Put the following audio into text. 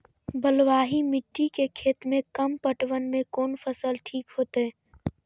बलवाही मिट्टी के खेत में कम पटवन में कोन फसल ठीक होते?